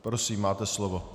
Prosím, máte slovo.